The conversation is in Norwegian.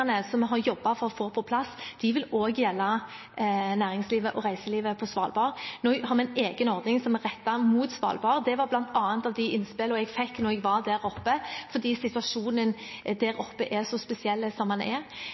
som vi har jobbet med å få på plass, vil også gjelde næringslivet og reiselivet på Svalbard. Nå har vi en egen ordning som er rettet mot Svalbard. Det var blant de innspillene jeg fikk da jeg var der oppe, fordi situasjonen der oppe er så spesiell. Det er